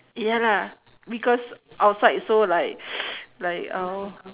ya lah because outside so like like !ow!